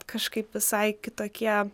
kažkaip visai kitokie